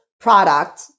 product